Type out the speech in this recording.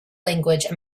language